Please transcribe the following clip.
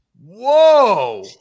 Whoa